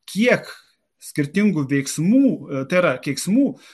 kiek skirtingų veiksmų tai yra keiksmų